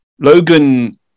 Logan